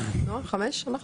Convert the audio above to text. הצבעה בעד 5 נגד